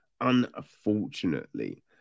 Unfortunately